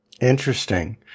Interesting